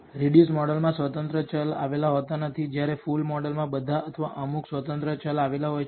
reduced model માં આશ્રિત ચલ આવેલા હોતા નથી જ્યારે ફુલ મોડલ માં બધા અથવા અમુક આશ્રિત ચલ આવેલા હોય છે